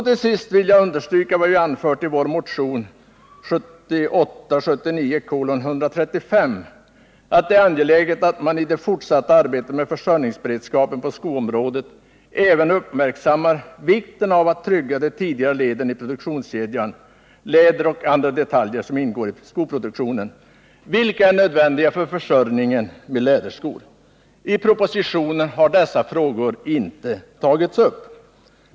Till sist vill jag understryka vad vi anfört i vår motion 1978/79:135, nämligen att det är angeläget att man i det fortsatta arbetet med försörjningsberedskapen på skoområdet även uppmärksammar vikten av att trygga de tidigare leden i produktionskedjan — läder och andra detaljer — vilka är nödvändiga för försörjningen med läderskor. I propositionen har dessa frågor inte tagits upp.